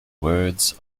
words